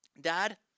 dad